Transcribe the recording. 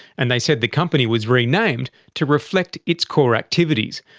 and they said the company was renamed to reflect its core activities,